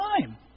time